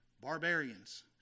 barbarians